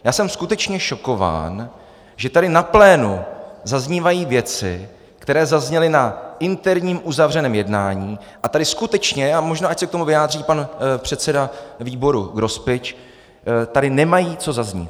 Já jsem skutečně šokován, že tady na plénu zaznívají věci, které zazněly na interním uzavřeném jednání, a tady skutečně, a možná ať se k tomu vyjádří pan předseda výboru Grospič, nemají co zaznít.